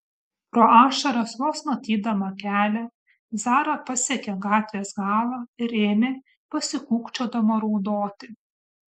pro ašaras vos matydama kelią zara pasiekė gatvės galą ir ėmė pasikūkčiodama raudoti